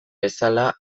bezala